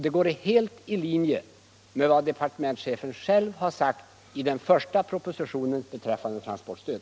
Det vore helt i linje med vad departementschefen själv har sagt i den första propositionen beträffande transportstöd.